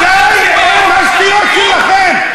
די עם השטויות שלכם.